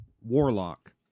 Warlock